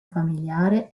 familiare